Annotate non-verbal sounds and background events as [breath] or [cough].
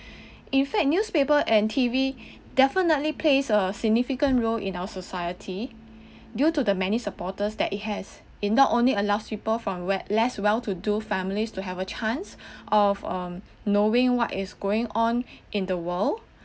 [breath] in fact newspaper and T_V definitely plays a significant role in our society due to the many supporters that it has it not only allows people from wet~ less well to do families to have a chance of um knowing what is going on in the world